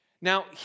Now